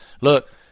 Look